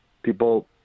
People